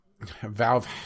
Valve